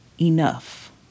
enough